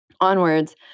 onwards